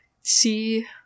see